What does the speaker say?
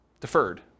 Deferred